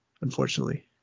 unfortunately